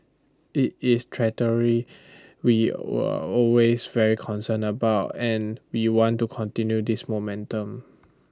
IT is trajectory we always very concern about and we want to continue this momentum